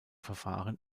verfahren